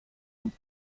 und